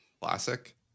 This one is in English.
Classic